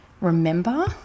remember